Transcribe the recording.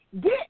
get